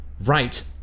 right